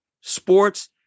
sports